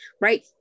right